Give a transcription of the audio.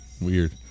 Weird